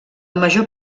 major